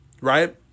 right